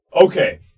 okay